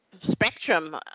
spectrum